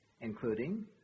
including